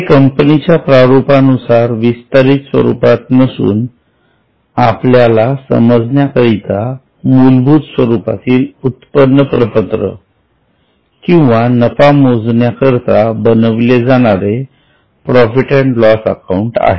हे कंपनीच्या प्रारुपानुसार विस्तारित स्वरूपात नसून आपल्याला समजण्या करिता मूलभूत स्वरूपातील उत्पन्न प्रपत्र किंवा नफा मोजण्याकरिता बनविले जाणारे प्रॉफिट अँड लॉस अकाउंट आहे